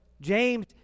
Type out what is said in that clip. James